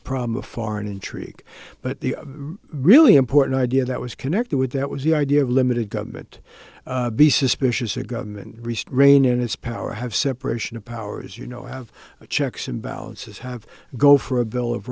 problem of foreign intrigue but the really important idea that was connected with that was the idea of limited government be suspicious of government restrain in its power have separation of powers you know have checks and balances have go for a bill of